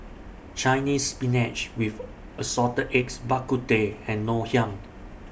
Chinese Spinach with Assorted Eggs Bak Kut Teh and Ngoh Hiang